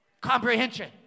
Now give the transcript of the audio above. comprehension